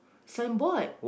signboard